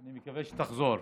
אני מקווה שתחזור.